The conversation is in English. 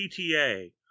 PTA